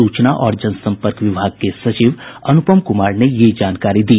सूचना और जनसम्पर्क विभाग के सचिव अनुपम कुमार ने यह जानकारी दी